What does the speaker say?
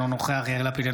אינו נוכח יאיר לפיד,